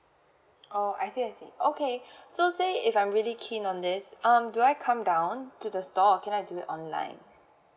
oh I see I see okay so say if I am really keen on this um do I come down to the store or can I do it online